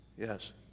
Yes